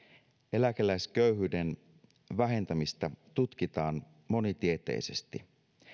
eläkeläisköyhyyden vähentämistä tutkitaan monitieteisesti